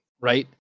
right